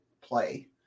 play